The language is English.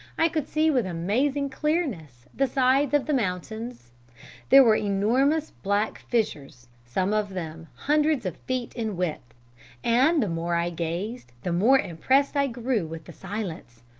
i could see with amazing clearness the sides of the mountains there were enormous black fissures, some of them hundreds of feet in width and the more i gazed the more impressed i grew with the silence.